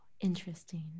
Interesting